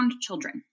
children